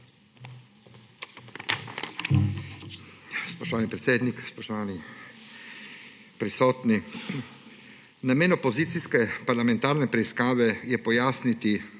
Spoštovani predsednik, spoštovani prisotni! Namen opozicijske parlamentarne preiskave je pojasniti